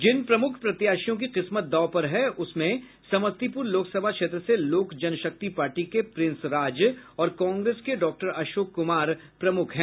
जिन प्रमुख प्रत्याशियों की किस्मत दांव पर हैं उसमें समस्तीपुर लोकसभा क्षेत्र से लोक जन शक्ति पार्टी के प्रिंस राज और कांग्रेस के डॉक्टर अशोक कुमार प्रमुख है